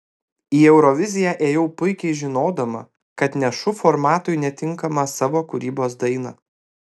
į euroviziją ėjau puikiai žinodama kad nešu formatui netinkamą savo kūrybos dainą